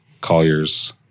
Colliers